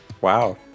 Wow